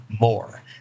more